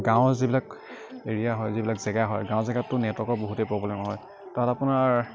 গাঁৱৰ যিবিলাক এৰিয়া হয় যিবিলাক জেগা হয় গাঁৱৰ জেগাততো নেটৰ্ৱকৰ বহুতেই প্ৰব্লেম হয় তাত আপোনাৰ